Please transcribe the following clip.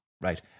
right